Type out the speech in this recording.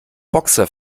boxer